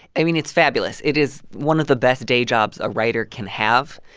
i mean, it's fabulous. it is one of the best day jobs a writer can have.